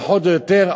פחות או יותר,